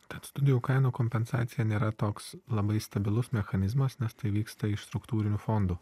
tad studijų kainų kompensacija nėra toks labai stabilus mechanizmas nes tai vyksta iš struktūrinių fondų